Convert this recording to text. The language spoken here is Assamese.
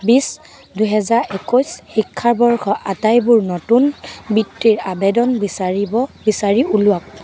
বিছ দুহেজাৰ একৈছ শিক্ষাবৰ্ষ আটাইবোৰ নতুন বৃত্তিৰ আবেদন বিচাৰিব বিচাৰি উলিয়াওক